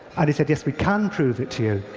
and he said, yes, we can prove it to you.